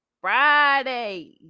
Friday